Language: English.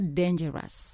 dangerous